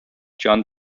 john